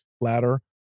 ladder